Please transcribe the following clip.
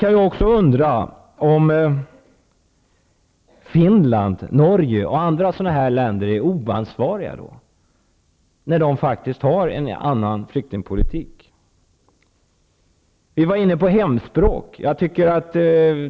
Man kan också undra om Finland, Norge m.fl. länder är oansvariga, eftersom de har en annan flyktingpolitik. Vi var inne på frågan om hemspråk.